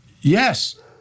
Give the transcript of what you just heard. Yes